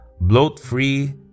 bloat-free